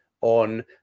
on